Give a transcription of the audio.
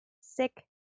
SICK